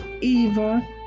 Eva